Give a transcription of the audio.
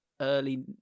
early